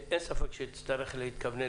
אין ספק שנצטרך להתכוונן